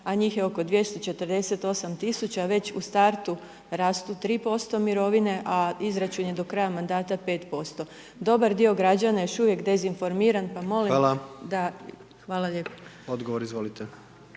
a njih je oko 248 tisuća, već u startu rastu 3% mirovine, a izračun je do kraja mandata 5%. Dobar dio građana je još uvijek dezinformiran, pa molim, …/Upadica: Hvala./… hvala lijepo. **Jandroković,